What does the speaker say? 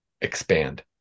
expand